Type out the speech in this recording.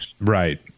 Right